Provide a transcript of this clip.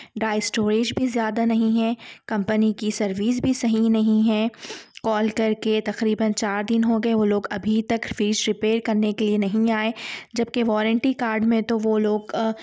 dry storage بھی زیادہ نہیں ہے کمپنی کی سروس بھی صحیح نہیں ہے کال کر کے تقریباً چار دن ہو گئے وہ لوگ ابھی تک فریج ریپئر کرنے کے لیے نہیں آئے جبکہ وارنٹی کارڈ میں تو وہ لوگ